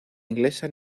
inglesa